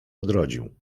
odrodził